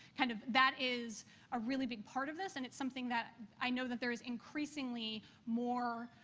kind of, that is a really big part of this, and it's something that i know that there is increasingly more